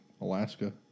Alaska